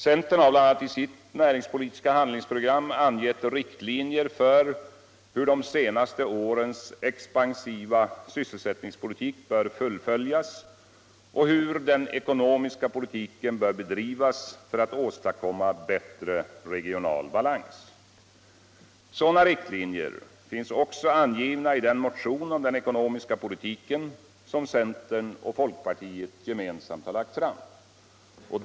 Centern har bl.a. i sitt näringspolitiska handlingsprogram angett riktlinjer för hur de senaste årens expansiva sysselsättningspolitik bör fullföljas och hur den ekonomiska politiken bör bedrivas för att åstadkomma bättre regional balans. Sådana riktlinjer finns också angivna i den motion om den ekonomiska politiken som centern och folkpartiet gemensamt lagt fram.